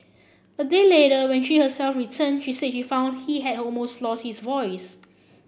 a day later when she herself returned she said she found he had almost lost his voice